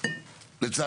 אז אני בא ואומר שהדברים,